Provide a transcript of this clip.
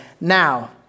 now